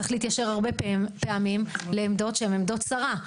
צריך להתיישר הרבה פעמים לעמדות שהן עמדות שרה.